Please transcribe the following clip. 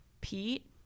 Pete